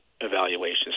evaluations